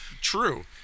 True